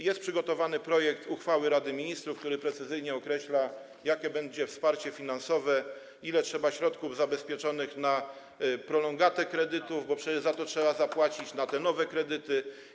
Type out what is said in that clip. Jest przygotowany projekt uchwały Rady Ministrów, który precyzyjnie określa, jakie będzie wsparcie finansowe, ile trzeba zabezpieczyć środków na prolongatę kredytów, bo przecież za to trzeba zapłacić, na te nowe kredyty.